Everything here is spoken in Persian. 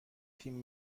تیم